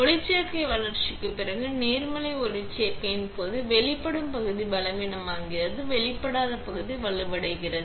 ஒளிச்சேர்க்கை வளர்ச்சிக்குப் பிறகு நேர்மறை ஒளிச்சேர்க்கையின் போது வெளிப்படும் பகுதி பலவீனமாகிறது மற்றும் வெளிப்படாத பகுதி வலுவடைகிறது